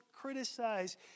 criticize